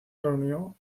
reunió